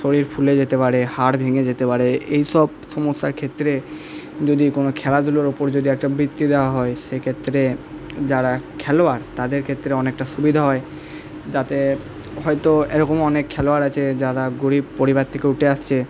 শরীর ফুলে যেতে পারে হাড় ভেঙে যেতে পারে এই সব সমস্যার ক্ষেত্রে যদি কোনো খেলাধুলোর উপর যদি একটা বৃত্তি দেওয়া হয় সেক্ষেত্রে যারা খেলোয়াড় তাদের ক্ষেত্রে অনেকটা সুবিধা হয় যাতে হয়তো এরকম অনেক খেলোয়াড় আছে যারা গরিব পরিবার থেকে উঠে আসছে